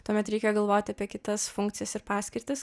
tuomet reikia galvoti apie kitas funkcijas ir paskirtis